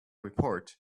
report